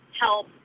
help